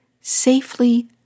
safely